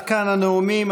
עד כאן הנאומים.